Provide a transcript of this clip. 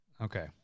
Okay